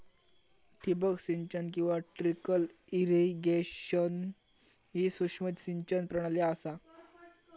ठिबक सिंचन किंवा ट्रिकल इरिगेशन ही सूक्ष्म सिंचन प्रणाली असा